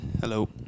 Hello